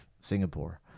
Singapore